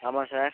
ஆமாம் சார்